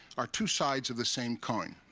are two sides of the same coin.